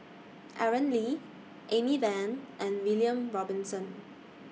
Aaron Lee Amy Van and William Robinson